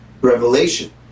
revelation